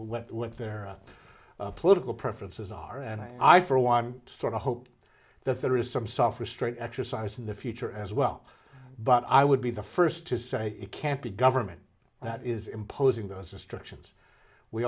let what their political preferences are and i for one sort of hope that there is some softness trait exercise in the future as well but i would be the first to say it can't be government that is imposing those restrictions we